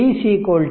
V 33